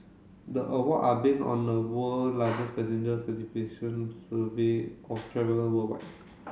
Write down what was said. the awards are based on the world largest satisfaction survey of traveller worldwide